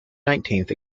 nineteenth